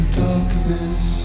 darkness